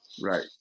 Right